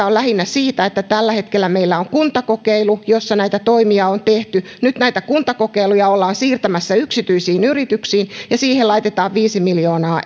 on lähinnä siitä että tällä hetkellä meillä on kuntakokeilu jossa näitä toimia on tehty nyt näitä kuntakokeiluja ollaan siirtämässä yksityisiin yrityksiin ja siihen laitetaan viisi miljoonaa